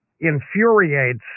infuriates